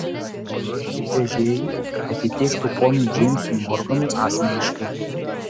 paliepkit vežėjui kad įteiktų ponui džeimsui morganui asmeniškai